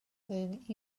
rhwng